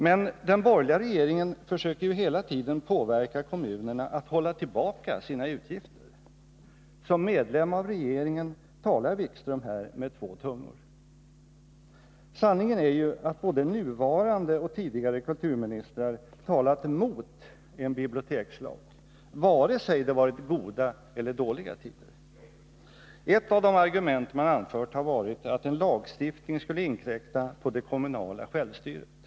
Men den borgerliga regeringen försöker hela tiden påverka kommunerna att hålla tillbaka sina utgifter. Som medlem av regeringen talar Jan-Erik Wikström här med två tungor. Sanningen är ju den att både den nuvarande kulturministern och tidigare kulturministrar har talat emot en bibliotekslag, oavsett om det har varit goda eller dåliga tider. Ett av de argument man anfört har varit att en lagstiftning skulle inkräkta på det kommunala självstyret.